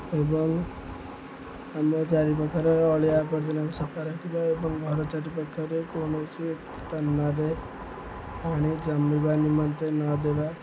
ଏବଂ ଆମ ଚାରିପାଖରେ ଅଳିଆ ଆବର୍ଜନାକୁ ସଫା ରଖିବା ଏବଂ ଘର ଚାରିପାଖରେ କୌଣସି ସ୍ଥାନରେ ପାଣି ଜମିବା ନିମନ୍ତେ ନ ଦେବା